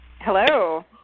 Hello